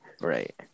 Right